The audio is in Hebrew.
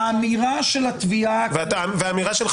האמירה של התביעה --- והאמירה שלך